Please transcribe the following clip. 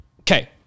Okay